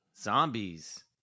Zombies